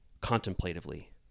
contemplatively